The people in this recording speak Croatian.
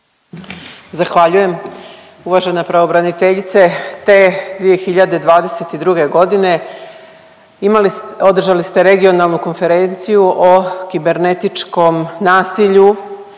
Zahvaljujem. Uvažena pravobraniteljice, te 2022. g. imali, održali ste regionalnu konferenciju o kibernetičkom nasilju